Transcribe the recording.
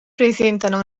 presentano